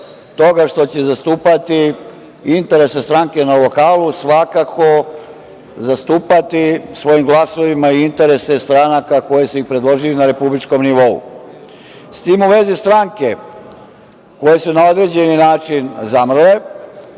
toga što će zastupati interese stranke na lokalu svakako zastupati svojim glasovima i interese stranaka koji su ih predložile na republičkom nivou.S tim u vezi, stranke koje su na određeni način zamrle